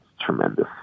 tremendous